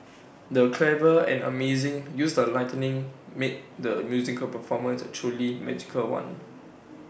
the clever and amazing use of lighting made the musical performance A truly magical one